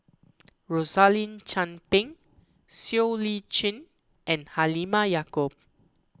Rosaline Chan Pang Siow Lee Chin and Halimah Yacob